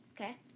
okay